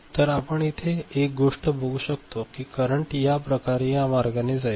तर आपण इथे एक गोष्ट बघू शकतो की करंट याप्रकारे या मार्गाने जाईल